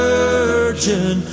Virgin